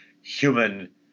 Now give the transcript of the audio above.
human